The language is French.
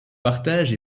partage